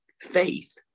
faith